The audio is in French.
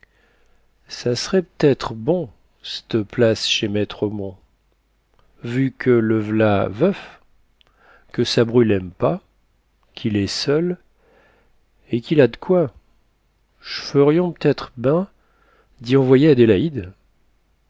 ça s'rait p'têtre bon c'te place chez maîtr omont vu que le v'là veuf que sa bru l'aime pas qu'il est seul et qu'il a d'quoi j'ferions p'têtre ben d'y envoyer adélaïde